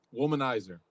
womanizer